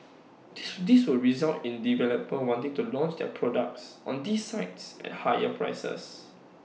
this will result in developers wanting to launch their products on these sites at higher prices